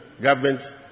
government